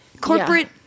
Corporate